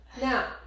Now